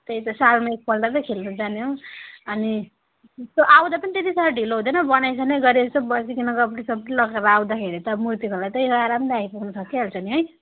त्यही त सालमा एकपल्ट त खेल्न जाने हो अनि आउँदा पनि त्यति साह्रो ढिलो हुँदैन बनाइसनाइ गरी यसो बसिकन गफडीसफ्डी लगाएर आउँदाखेरि त मुर्ती खोला त्यहीँ हो आरामले आइपुग्नु सकिहाल्छ नि है